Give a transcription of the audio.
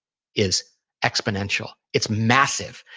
is exponential. it's massive.